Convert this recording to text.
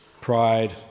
Pride